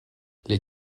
les